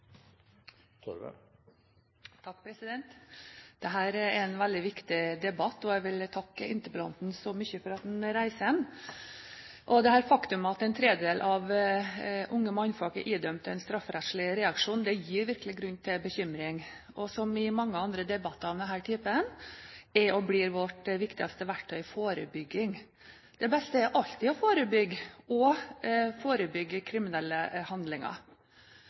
en veldig viktig debatt, og jeg vil takke interpellanten så mye for at han reiser den. Det faktum at en tredjedel av unge menn er idømt en strafferettslig reaksjon gir virkelig en grunn til bekymring. Som i mange andre debatter av denne typen er og blir vårt viktigste verktøy forebygging. Det beste er alltid å forebygge, og forebygge kriminelle handlinger.